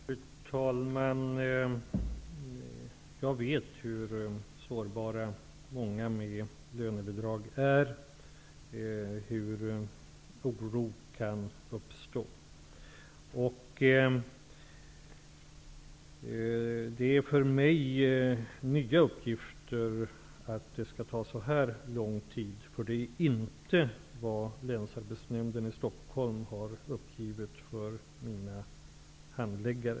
Fru talman! Jag vet hur sårbara många som har lönebidrag är och att oro kan uppstå. Det är för mig nya uppgifter att det skall ta så här lång tid. Det är inte vad Länsarbetsnämnden i Stockholm har uppgivit för mina handläggare.